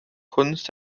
kunst